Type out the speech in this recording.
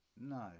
No